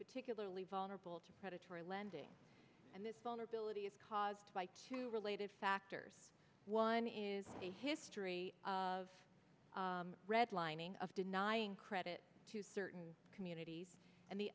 particularly vulnerable to predatory lending and this vulnerability is caused by two related factors one is a history of redlining of denying credit to certain communities and the